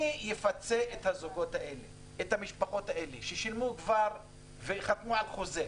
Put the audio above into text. מי יפצה את הזוגות והמשפחות האלה ששילמו כבר וחתמו על חוזה?